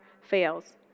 fails